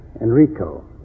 Enrico